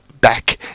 back